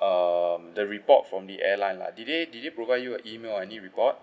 um the report from the airline lah did they did they provide you an email or any report